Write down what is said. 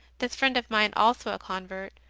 this friend of mine, also a convert,